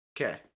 Okay